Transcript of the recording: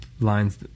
lines